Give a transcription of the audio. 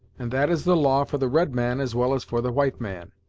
and that is the law for the red man as well as for the white man.